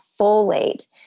folate